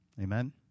Amen